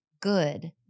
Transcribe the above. good